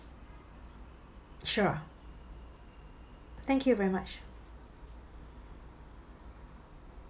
sure thank you very much